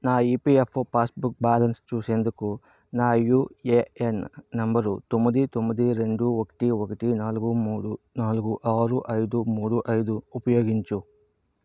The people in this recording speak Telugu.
నా ఈపిఎఫ్ఓ పాస్బుక్ బ్యాలన్స్ చూసేందుకు నా యూఏఎన్ నంబరు తొమ్మిది తొమ్మిది రెండు ఒకటి ఒకటి నాలుగు మూడు నాలుగు ఆరు ఐదు మూడు ఐదు ఉపయోగించు